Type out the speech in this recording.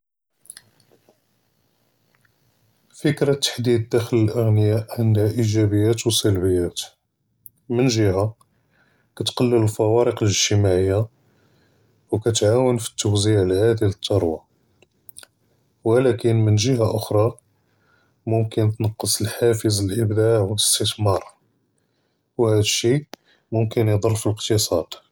פִכְרַת תַחְדִיד דַּخְל אֶלְאַגְנִיָּא עַנְדְהָא אִיגַ'אבִיָּאת וְסַלְבִּיָּאת מִן גִ'הַה כּתְקַלֵּל אֶלְפַוָארַק אֶלְאִגְתִצָאדִיָּה וְכּתְעַוֵּן פִּי אֶתְּווַזִיע אֶלְעָדַל לִתְּרוּבָה, וּלָקִין מִן גִ'הַה אַחֻרָה יְמוּכֶּן תְּנַקֵּס אֶלְחָافִז אֶלְדַּافְע וְאֶלְאִסְתִתְמָאר וְהָאדּ אֶלְשִּׁי יְמוּכֶּן יְדַר פִּי אֶלְאִקְתִצָאד.